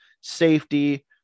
safety